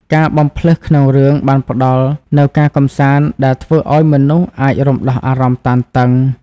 ការបំផ្លើសក្នុងរឿងបានផ្តល់នូវការកម្សាន្តដែលធ្វើឲ្យមនុស្សអាចរំដោះអារម្មណ៍តានតឹង។